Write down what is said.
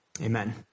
amen